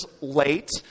late